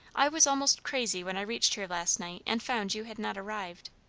i was almost crazy when i reached here last night, and found you had not arrived.